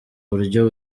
buryo